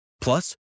Plus